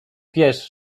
wiesz